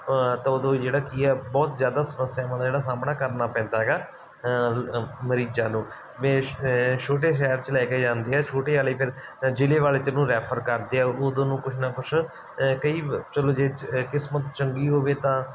ਤਾਂ ਉਦੋਂ ਜਿਹੜਾ ਕੀ ਆ ਬਹੁਤ ਜ਼ਿਆਦਾ ਸਮੱਸਿਆਵਾਂ ਦਾ ਜਿਹੜਾ ਸਾਹਮਣਾ ਕਰਨਾ ਪੈਂਦਾ ਹੈਗਾ ਮਰੀਜ਼ਾਂ ਨੂੰ ਮੇ ਛੋਟੇ ਸ਼ਹਿਰ 'ਚ ਲੈ ਕੇ ਜਾਂਦੇ ਹੈ ਛੋਟੇ ਵਾਲੇ ਫਿਰ ਜ਼ਿਲ੍ਹੇ ਵਾਲੇ 'ਚ ਉਹਨੂੰ ਰੈਫ਼ਰ ਕਰਦੇ ਆ ਉਦੋਂ ਨੂੰ ਕੁਝ ਨਾ ਕੁਛ ਕਈ ਚਲੋ ਜੇ ਕਿਸਮਤ ਚੰਗੀ ਹੋਵੇ ਤਾਂ